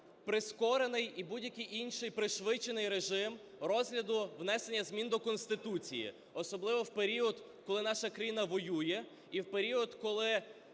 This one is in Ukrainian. прискорений і будь-який інший пришвидшений режим розгляду внесення змін до Конституції, особливо в період, коли наша країна воює, і в період, коли